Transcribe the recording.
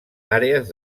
àrees